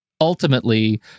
ultimately